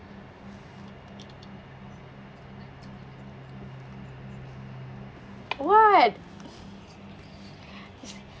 what